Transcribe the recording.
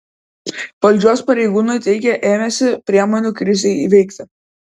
valdžios pareigūnai teigia ėmęsi priemonių krizei įveikti